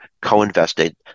co-invested